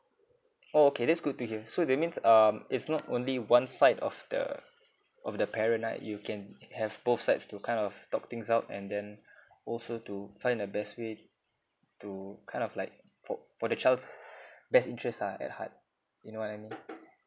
oh okay that's good to hear so that means um it's not only one side of the of the parent ah you can have both sides to kind of talk things out and then also to find a best way to kind of like for for the child's best interest ah at heart you know what I mean